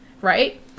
right